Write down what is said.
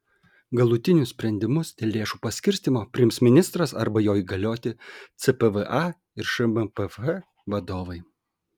galutinius sprendimus dėl lėšų paskirstymo priims ministras arba jo įgalioti cpva ir šmpf vadovai